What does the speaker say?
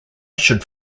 should